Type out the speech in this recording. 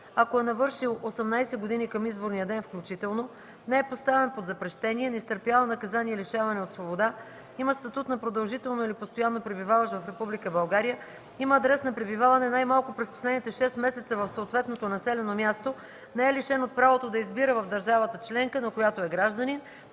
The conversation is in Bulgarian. ако е навършил 18 години към изборния ден включително, не е поставен под запрещение, не изтърпява наказание лишаване от свобода, има статут на продължително или постоянно пребиваващ в Република България, има адрес на пребиваване най-малко през последните шест месеца в съответното населено място, не е лишен от правото да избира в държавата членка, на която е гражданин,